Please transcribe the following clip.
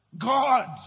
God